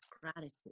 gratitude